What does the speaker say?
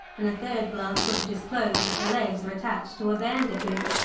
and a third glance would have disclosed that the legs were attached to a bandicoot.